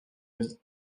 vie